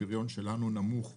הפריון שלנו נמוך בממוצע,